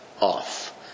off